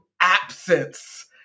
absence